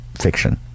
fiction